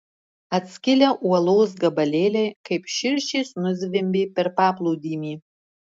atskilę uolos gabalėliai kaip širšės nuzvimbė per paplūdimį